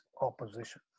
opposition